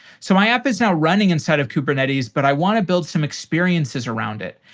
so my app is now running inside of kubernetes, but i want to build some experiences around it.